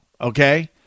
Okay